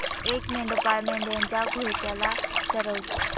एक मेंढपाळ मेंढ्यांच्या घोळक्याला चरवतो